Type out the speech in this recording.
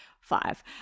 five